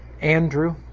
Andrew